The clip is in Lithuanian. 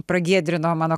pragiedrino mano